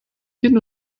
hin